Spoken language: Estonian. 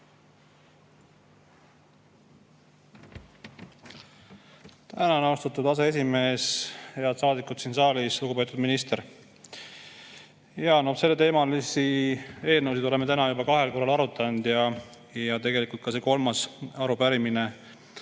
Tänan, austatud aseesimees! Head saadikud siin saalis! Lugupeetud minister! Jaa, selleteemalisi eelnõusid oleme täna juba kahel korral arutanud ja tegelikult ka see kolmas arupärimine